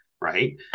right